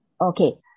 Okay